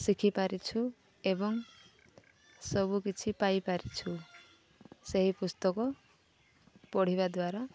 ଶିଖି ପାରିଛୁ ଏବଂ ସବୁକିଛି ପାଇ ପାରିଛୁ ସେହି ପୁସ୍ତକ ପଢ଼ିବା ଦ୍ୱାରା